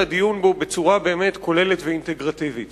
לדיון בו בצורה באמת כוללת ואינטגרטיבית.